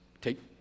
take